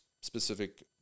specific